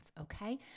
okay